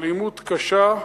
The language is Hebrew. אלימות קשה,